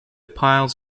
piles